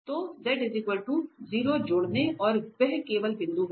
तो z 0 जोड़ना और वह केवल बिंदु है